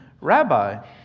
Rabbi